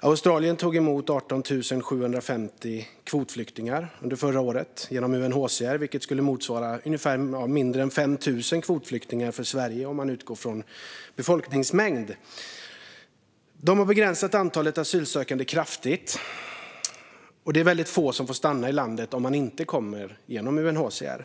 Australien tog emot 18 750 kvotflyktingar under förra året genom UNHCR, vilket skulle motsvara mindre än 5 000 kvotflyktingar för Sverige om man utgår från befolkningsmängd. De har begränsat antalet asylsökande kraftigt. Det är väldigt få som får stanna i landet om de inte kommer genom UNHCR.